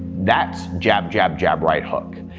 that's, jab, jab, jab, right hook.